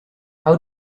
how